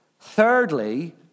Thirdly